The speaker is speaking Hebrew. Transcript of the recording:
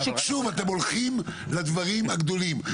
שוב אתם הולכים לדברים הגדולים.